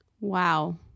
Wow